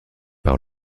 par